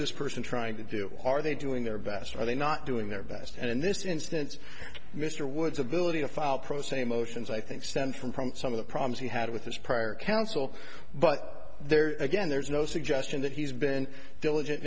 this person trying to do are they doing their best are they not doing their best and in this instance mr wood's ability to file pro se motions i think stemmed from some of the problems he had with his prior counsel but there again there's no suggestion that he's been diligent